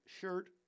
shirt